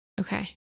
Okay